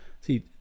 See